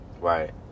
Right